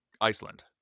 iceland